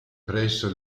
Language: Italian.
presso